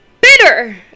bitter